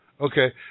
Okay